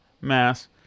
Mass